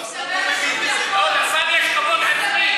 סליחה.